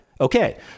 Okay